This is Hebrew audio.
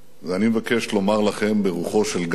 ואני מבקש לומר לכם ברוחו של גנדי,